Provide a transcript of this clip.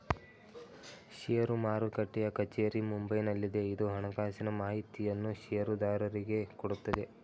ಷೇರು ಮಾರುಟ್ಟೆಯ ಕಚೇರಿ ಮುಂಬೈನಲ್ಲಿದೆ, ಇದು ಹಣಕಾಸಿನ ಮಾಹಿತಿಯನ್ನು ಷೇರುದಾರರಿಗೆ ಕೊಡುತ್ತದೆ